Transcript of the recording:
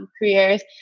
careers